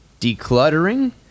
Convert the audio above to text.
decluttering